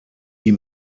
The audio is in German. die